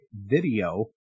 video